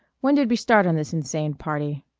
when did we start on this insane party?